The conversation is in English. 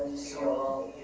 so